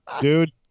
Dude